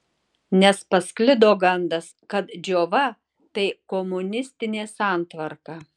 nes pasklido gandas kad džiova tai komunistinė santvarka